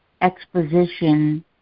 exposition